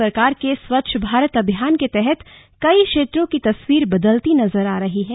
केंद्र सरकार के स्वच्छ भारत अभियान के तहत कई क्षेत्रों की तस्वीर बदलती नजर आ रही है